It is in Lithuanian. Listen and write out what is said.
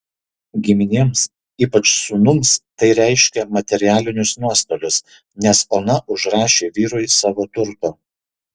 giminėms ypač sūnums tai reiškė materialinius nuostolius nes ona užrašė vyrui savo turto